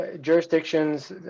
jurisdictions